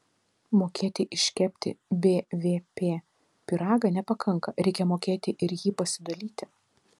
mokėti iškepti bvp pyragą nepakanka reikia mokėti ir jį pasidalyti